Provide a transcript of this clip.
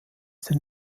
den